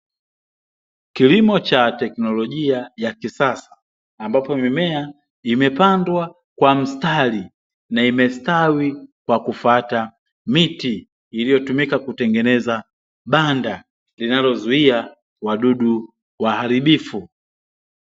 Kilimo cha teknolojia ya kisasa, ambapo mimea imepandwa kwa mstari na imestawi kwa kufuata miti iliyotumika kutengeneza banda linalozuia wadudu waharibifu.